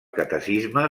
catecisme